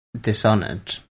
Dishonored